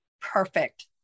Perfect